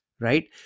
right